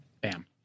bam